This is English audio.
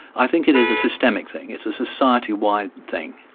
i think it is a systemic thing, it's a society-wide thing,